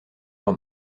leur